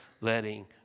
letting